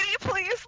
please